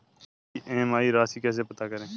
EMI राशि कैसे पता करें?